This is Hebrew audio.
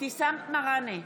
אבתיסאם מראענה,